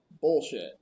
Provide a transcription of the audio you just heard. bullshit